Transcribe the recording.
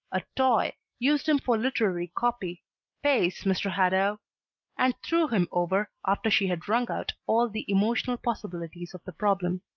a toy, used him for literary copy pace mr. hadow and threw him over after she had wrung out all the emotional possibilities of the problem.